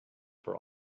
for